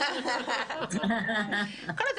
הנוכחים בחדר